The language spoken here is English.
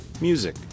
music